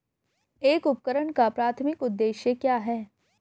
एक उपकरण का प्राथमिक उद्देश्य क्या है?